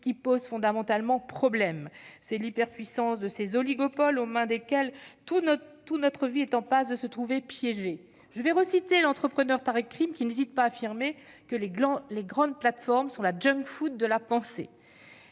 qui pose fondamentalement problème, c'est l'hyperpuissance de ces oligopoles aux mains desquels toute notre vie est en passe de se trouver piégée. Excellent ! L'entrepreneur Tariq Krim n'hésite pas à affirmer que « les grandes plateformes sont la de la pensée